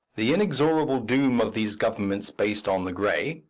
the inexorable doom of these governments based on the grey,